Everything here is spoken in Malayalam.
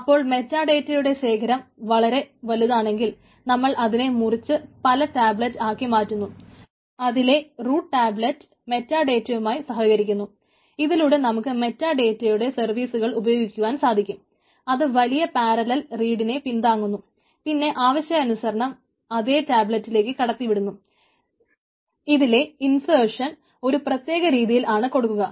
അപ്പോൾ മെറ്റാഡേറ്റയുടെ ശേഖരം വളരെ വലുതാണെങ്കിൽ നമ്മൾ അതിനെ മുറിച്ച് പല ടാബലറ്റ് ഒരു പ്രത്യേക രീതിയിൽ ആണ് കൊടുക്കുക